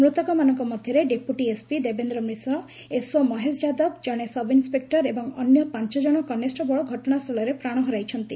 ମୃତକମାନଙ୍କ ମଧ୍ୟରେ deputy SP Devendra Mishra SO Mahesh Yadav ଜଣେ sub inspector ଏବଂ ଅନ୍ୟ ପାଞ୍ଚ ଜଣ କନେଷ୍ଟବଳ ଘଟଣା ସ୍ଥଳରେ ପ୍ରାଣ ହରାଇଛନ୍ତି